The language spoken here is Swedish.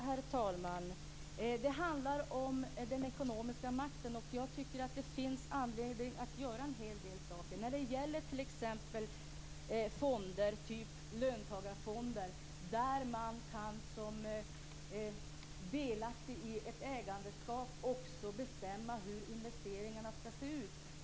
Herr talman! Det handlar om den ekonomiska makten. Jag tycker att det finns anledning att göra en hel del saker när det gäller t.ex. fonder, typ löntagarfonder, där man som delaktig i ett ägandeskap också kan bestämma hur investeringarna skall se ut.